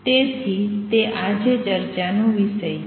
તેથી તે આજે ચર્ચાનો વિષય છે